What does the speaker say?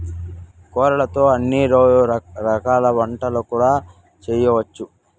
కొర్రలతో అన్ని రకాల వంటలు కూడా చేసుకోవచ్చు